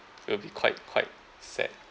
will be quite quite sad